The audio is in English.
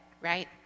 right